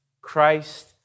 Christ